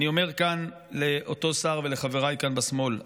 אני אומר כאן לאותו שר ולחבריי כאן בשמאל,